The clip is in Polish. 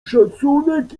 szacunek